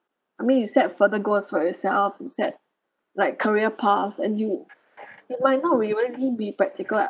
I mean you set further goals for yourself you set like career paths and you it might not be really be practical at